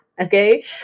Okay